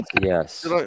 Yes